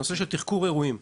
תחקור אירועים.